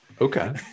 Okay